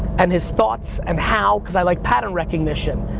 and his thoughts, and how, cause i like pattern recognition,